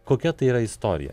kokia tai yra istorija